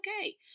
okay